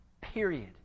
period